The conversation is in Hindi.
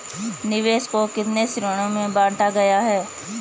निवेश को कितने श्रेणियों में बांटा गया है?